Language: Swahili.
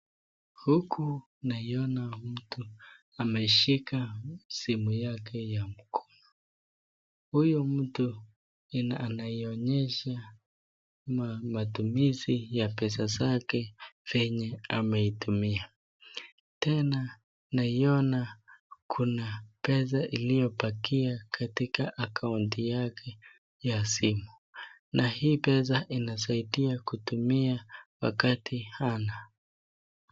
Huku naiona mtu ameshika simu yake ya mkono ,huyu mutu tena anaionyesha matumizi ya pesa zake venye ameitumia ,tena naiona kuna pesa iliyobakia katika akaunti yake ya simu na hii pesa inasaidia kutumia wakati hana.